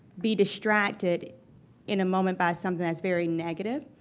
be distracted in a moment by something that's very negative.